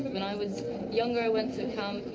when i was younger, i went to camp,